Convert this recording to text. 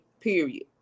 period